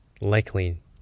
likely